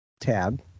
Tab